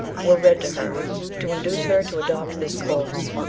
were read to her to induce her to adopt this course.